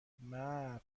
مرد